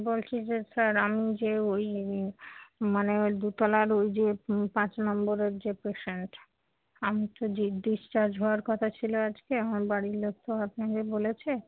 বলছি যে স্যার আমি যে ওই মানে ওই দুতলার ওই যে পাঁচ নম্বরের যে পেশেন্ট আমি তো ডিসচার্জ হওয়ার কথা ছিল আজকে আমার বাড়ির লোক তো আপনাকে বলেছে